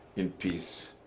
in peace.